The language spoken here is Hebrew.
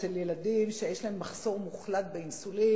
אצל ילדים שיש להם מחסור מוחלט באינסולין.